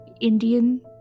Indian